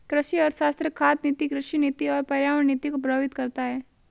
कृषि अर्थशास्त्र खाद्य नीति, कृषि नीति और पर्यावरण नीति को प्रभावित करता है